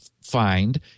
find